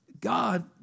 God